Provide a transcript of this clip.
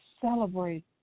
celebrate